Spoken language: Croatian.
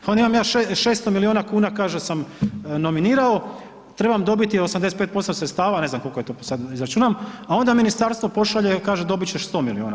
Pa onda imam ja 600 milijuna kuna kaže sam nominirao, trebam dobiti 85% sredstava, ne znam koliko je to sad da izračunam a onda ministarstvo pošalje, kaže dobiti ćeš 100 milijuna.